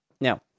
Now